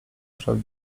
praw